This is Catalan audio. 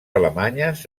alemanyes